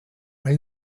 are